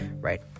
right